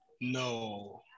No